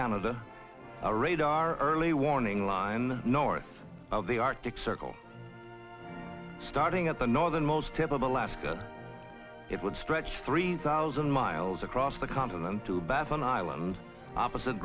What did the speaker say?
canada a radar early warning line north of the arctic circle starting at the northernmost tip of alaska it would stretch three thousand miles across the continent to baffin island opposite